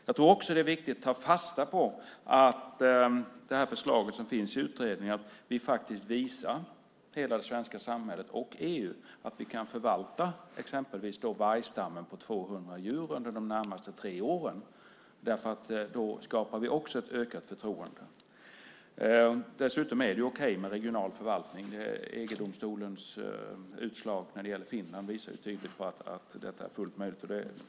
Det är också viktigt att ta fasta på att det förslag som finns i utredningen visar hela det svenska samhället och EU att vi kan förvalta exempelvis vargstammen på 200 djur under de närmaste tre åren. Då skapar vi också ett ökat förtroende. Dessutom är det okej med regional förvaltning. EG-domstolens utslag när det gäller Finland visar tydligt att det är fullt möjligt.